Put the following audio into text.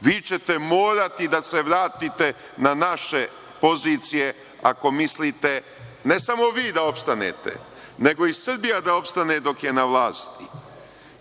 Vi ćete morati da se vratite na naše pozicije ako mislite, ne samo vi da opstanete, nego i Srbija da opstane dok je na vlasti,